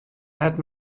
net